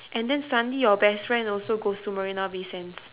and then suddenly your best friend also goes to marina-bay-sands